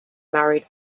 married